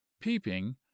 peeping